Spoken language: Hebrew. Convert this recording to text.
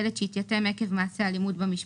ילד שהתייתם עקב מעשה אלימות במשפחה"